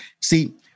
See